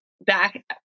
back